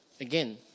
again